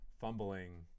fumbling